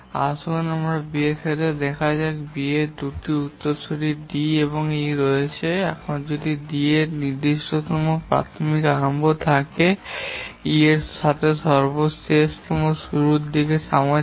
আসুন B এর ক্ষেত্রে দেখা যাক B এর দুটি উত্তরসূরি D এবং E রয়েছে এখন যদি D এর নির্দিষ্টতম প্রারম্ভিক সময় থাকে এবং E এর সাথে সর্বশেষতম শুরুর সময় থাকে